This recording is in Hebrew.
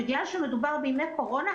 בגלל שמדובר בימי קורונה,